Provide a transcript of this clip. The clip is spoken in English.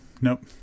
Nope